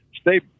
stay